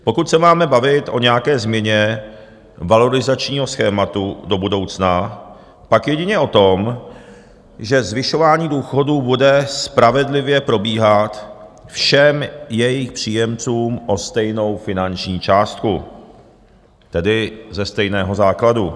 Pokud se máme bavit o nějaké změně valorizačního schématu do budoucna, pak jedině o tom, že zvyšování důchodů bude spravedlivě probíhat všem jejich příjemcům o stejnou finanční částku, tedy ze stejného základu.